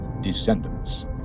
Descendants